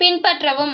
பின்பற்றவும்